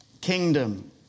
kingdom